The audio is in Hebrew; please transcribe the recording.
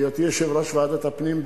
בהיותי יושב-ראש ועדת הפנים,